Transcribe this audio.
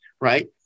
right